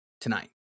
tonight